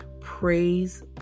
Praise